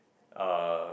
uh